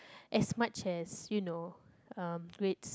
as much as you know uh grades